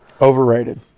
overrated